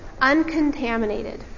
Uncontaminated